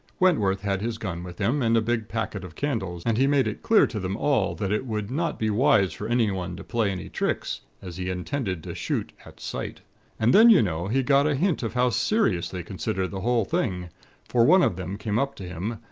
wentworth had his gun with him, and a big packet of candles and he made it clear to them all that it would not be wise for anyone to play any tricks as he intended to shoot at sight and then, you know, he got a hint of how serious they considered the whole thing for one of them came up to him,